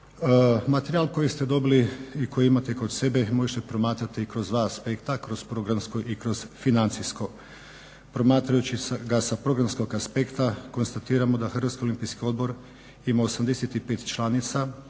Materijal koji ste dobili i koji imate kod sebe možete promatrati kroz dva aspekta, kroz programsko i kroz financijsko. Promatrajući ga sa programskog aspekta konstatiramo da Hrvatski olimpijski odbor ima 85 članica,